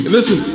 Listen